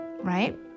right